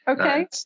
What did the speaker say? Okay